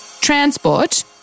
transport